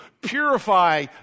purify